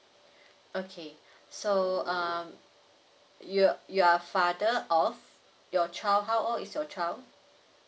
okay so um you're you're father of your child how old is your child